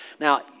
Now